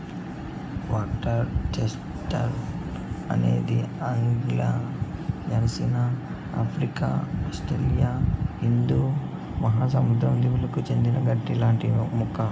water chestnut అనేది ఆగ్నేయాసియా, Africa, Australia హిందూ మహాసముద్ర దీవులకు చెందిన గడ్డి లాంటి మొక్క